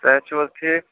صحت چھُو حظ ٹھیٖک